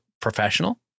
professional